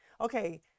Okay